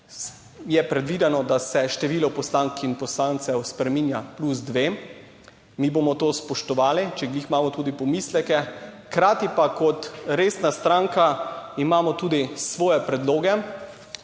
je predvideno, da se število poslank in poslancev spreminja plus dve. Mi bomo to spoštovali, če glih imamo tudi pomisleke. Hkrati pa kot resna stranka imamo tudi svoje predloge.